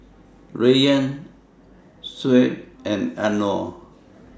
Rayyan Shuib and Anuar